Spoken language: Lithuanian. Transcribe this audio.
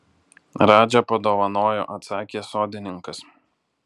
radža padovanojo atsakė sodininkas